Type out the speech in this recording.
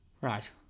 Right